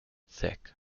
thick